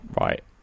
Right